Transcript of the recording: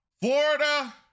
Florida